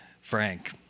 Frank